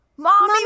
Mommy